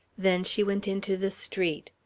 then she went into the street.